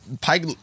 Pike